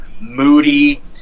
moody